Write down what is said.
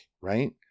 right